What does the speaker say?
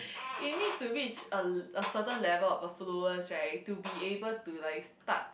it needs to reach a l~ a certain level of affluence right to be able to like start